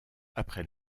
après